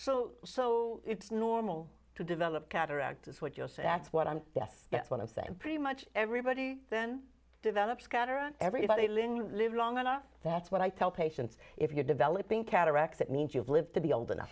so so it's normal to develop cataracts is what you'll say that's what i'm deaf that's what i'm saying pretty much everybody then develops got around everybody living live long enough that's what i tell patients if you're developing cataracts that means you've lived to be old enough